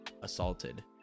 assaulted